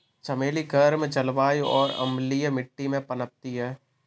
चमेली गर्म जलवायु और अम्लीय मिट्टी में पनपती है